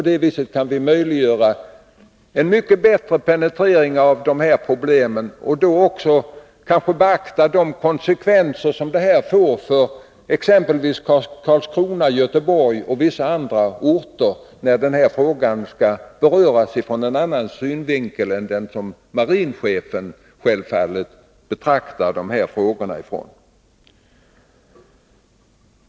När frågan betraktas ur en annan synvinkel än den marinchefen självfallet ser den ur kan vi penetrera problemen bättre och även beakta de konsekvenser som förslaget får för Karlskrona, Göteborg och andra orter.